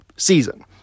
Season